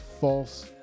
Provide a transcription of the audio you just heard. false